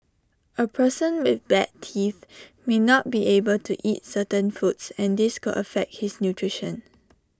A person with bad teeth may not be able to eat certain foods and this could affect his nutrition